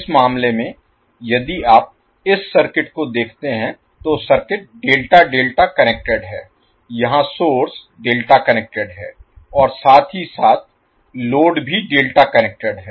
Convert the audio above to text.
इस मामले में यदि आप इस सर्किट को देखते हैं तो सर्किट ∆∆ कनेक्टेड है यहां सोर्स डेल्टा कनेक्टेड है और साथ ही साथ लोड भी डेल्टा कनेक्टेड है